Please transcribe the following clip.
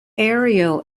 aerial